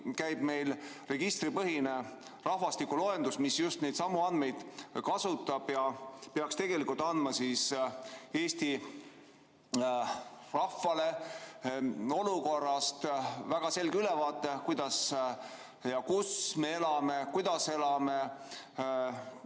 käib meil registripõhine rahvastikuloendus, mis just neidsamu andmeid kasutab ja peaks tegelikult andma Eesti rahvale olukorrast väga selge ülevaate, kus me elame, kuidas elame,